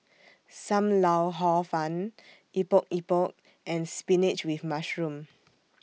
SAM Lau Hor Fun Epok Epok and Spinach with Mushroom